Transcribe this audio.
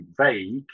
vague